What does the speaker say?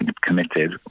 committed